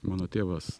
mano tėvas